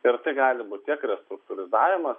ir tai gali būt tiek restruktūrizavimas